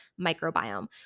microbiome